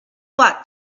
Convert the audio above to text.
bought